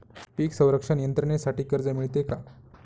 पीक संरक्षण यंत्रणेसाठी कर्ज मिळते का?